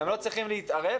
הם לא צריכים להתערב,